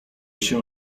się